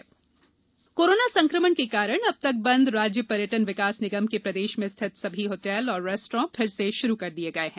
hotel संचालन corona संकमण के कारण अब तक बंद राज्य पर्यटन विकास निगम के प्रदेश में स्थित सभी होटल और रेस्टोरेंट फिर से शुरू कर दिये गये हैं